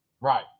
Right